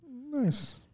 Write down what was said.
Nice